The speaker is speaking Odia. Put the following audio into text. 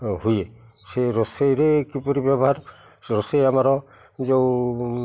ହୁଏ ସେ ରୋଷେଇରେ କିପରି ବ୍ୟବହାର ରୋଷେଇ ଆମର ଯେଉଁ